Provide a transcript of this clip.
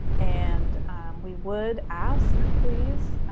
and we would ask, please,